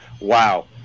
wow